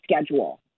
schedule